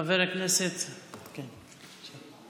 חבר הכנסת בוסו,